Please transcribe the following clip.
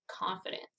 confidence